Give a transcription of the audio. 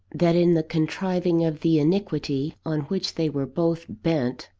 that in the contriving of the iniquity on which they were both bent,